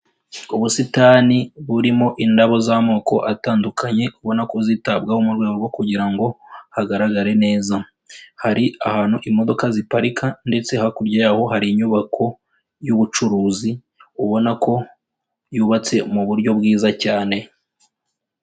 Ubusitani burimo indabo z'amoko atandukanye, ubona ko zitabwaho mu rwego rwo kugira ngo hagaragare neza, hari ahantu imodoka ziparika ndetse hakurya yaho hari inyubako y'ubucuruzi, ubona ko yubatse mu buryo bwiza cyane.